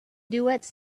duets